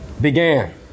began